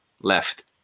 left